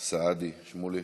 סעדי, שמולי,